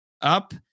up